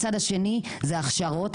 הצד השני זה הכשרות.